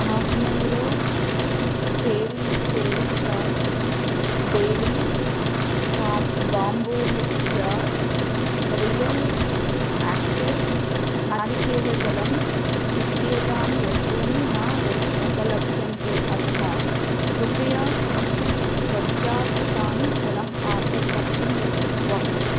habanero peri peri sauce डेली का bamboo lid jar real active नारिकेलजलम् इत्येतानि वस्तूनि न लो उपलभ्यन्ते अतः कृपया किञ्चिद् पश्चात् तानि पुनः आर्डर् कर्तुं यतस्व